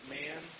man